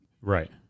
right